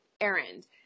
errand